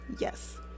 yes